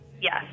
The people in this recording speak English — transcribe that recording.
Yes